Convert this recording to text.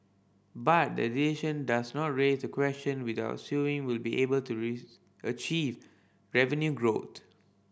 but the decision does no raise the question whether Sewing will be able to achieve revenue growth